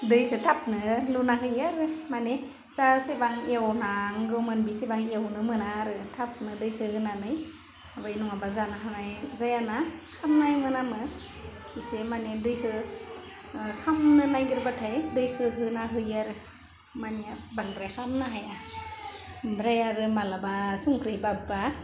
दैखौ थाबनो लुना होयो आरो माने जा एसेबां एवनांगौमोन बेसेबां एवनो मोना आरो थाबनो दैखौ होनानै माबायो नङाबा जानो हानाय जायाना खामनाय मोनामो इसे माने दैखौ खामनो नागिरबाथाइ दैखौ होना होयो आरो होम्बानिया बांद्राय खामनो हाया ओमफ्राय आरो माब्लाबा संख्रि बाब्बा